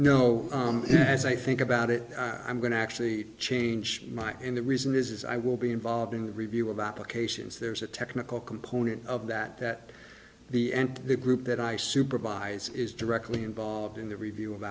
know as i think about it i'm going to actually change my and the reason is i will be involved in the review of applications there's a technical component of that that the and the group that i supervise is directly involved in the review of